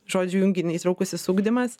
žodžių junginį įtraukusis ugdymas